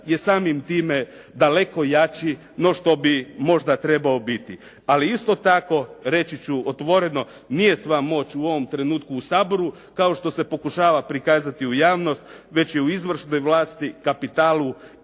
je samim time daleko jači no što bi možda trebao biti. Ali isto tako, reći ću otvoreno. Nije sva moć u ovom trenutku u Saboru kao što se pokušava prikazati u javnosti već je u izvršnoj vlasti, kapitalu